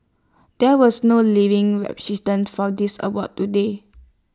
there was no living recipients for this award today